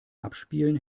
abspielen